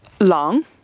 long